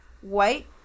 White